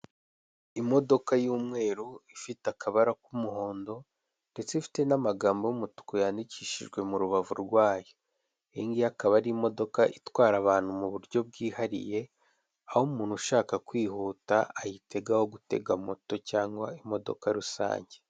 Imodoka y'umweru ifite akabara k'umuhondo ndetse ifite n'amagambo y'umutuku yandikishijwe mu rubavu rwayo, iyingiyi ikaba ari imodoka itwara abantu mu buryo bwihariye aho umuntu ushaka kwihuta ayitega aho gutega moto cyangwa imodoka rusange.